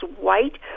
white